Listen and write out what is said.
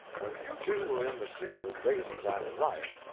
when you two were in the sick-room raising that riot,